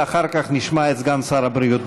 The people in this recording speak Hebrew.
ואחר כך נשמע את סגן שר הבריאות,